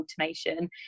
automation